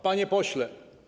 Panie Pośle!